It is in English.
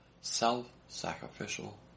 Self-sacrificial